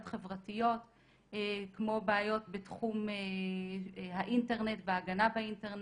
חברתיות כמו בעיות בתחום האינטרנט והגנה באינטרנט,